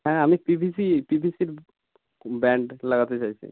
হ্যাঁ আমি P V C P V C brand লাগাতে চাইছি